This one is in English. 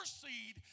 seed